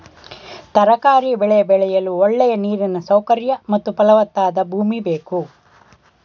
ತರಕಾರಿ ಬೆಳೆ ಬೆಳೆಯಲು ಒಳ್ಳೆಯ ನೀರಿನ ಸೌಕರ್ಯ ಮತ್ತು ಫಲವತ್ತಾದ ಭೂಮಿ ಬೇಕು